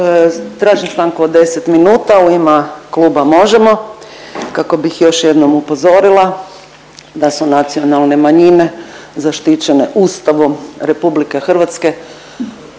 Tražim stanku od 10 minuta u ime Kluba Možemo! kako bih još jednom upozorila da su nacionalne manjine zaštićene Ustavom RH i nije na